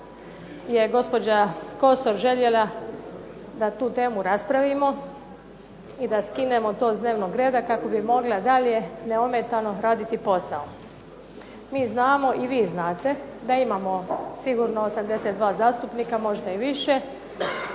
je gospođa Kosor željela da tu temu raspravimo i da skinemo to s dnevnog reda kako bi mogla dalje neometano raditi posao. Mi znamo i vi znate da imamo sigurno 82 zastupnika, možda i više.